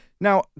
Now